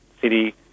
city